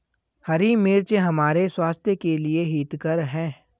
हरी मिर्च हमारे स्वास्थ्य के लिए हितकर हैं